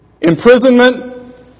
imprisonment